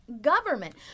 government